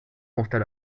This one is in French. constat